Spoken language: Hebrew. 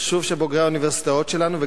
חשוב שבוגרי האוניברסיטאות שלנו,